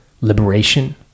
liberation